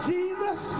Jesus